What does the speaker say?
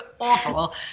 awful